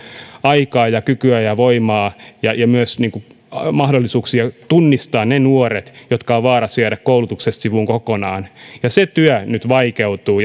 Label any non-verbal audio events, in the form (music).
aikaa ja kykyä ja voimaa ja myös mahdollisuuksia tunnistaa ne nuoret jotka ovat vaarassa jäädä koulutuksesta sivuun kokonaan ja se työ nyt vaikeutuu (unintelligible)